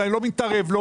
אבל אני לא מתערב לו